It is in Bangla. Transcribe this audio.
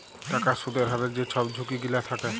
টাকার সুদের হারের যে ছব ঝুঁকি গিলা থ্যাকে